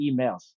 emails